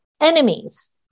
enemies